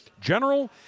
General